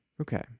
okay